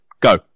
Go